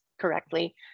correctly